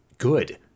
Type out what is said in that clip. good